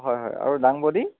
হয় হয় আৰু দাংবডি